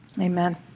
Amen